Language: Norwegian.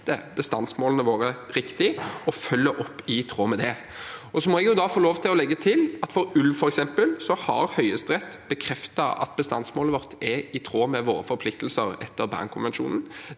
bestandsmålene våre riktig og følger opp i tråd med det. Jeg må få lov til å legge til at f.eks. for ulv har Høyesterett bekreftet at bestandsmålet vårt er i tråd med våre forpliktelser etter Bernkonvensjonen.